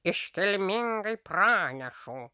iškilmingai pranešu